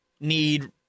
need